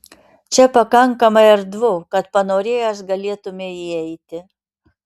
čia pakankamai erdvu kad panorėjęs galėtumei įeiti